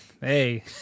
hey